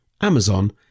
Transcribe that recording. Amazon